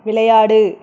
விளையாடு